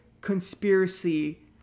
conspiracy